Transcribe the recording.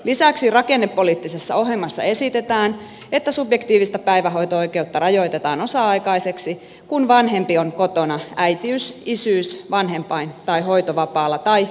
lisäksi rakennepoliittisessa ohjelmassa esitetään että subjektiivista päivähoito oikeutta rajoitetaan osa aikaiseksi kun vanhempi on kotona äitiys isyys vanhempain tai hoitovapaalla tai kotihoidon tuella